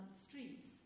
streets